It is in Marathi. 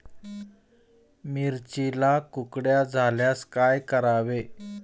मिरचीला कुकड्या झाल्यास काय करावे?